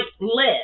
live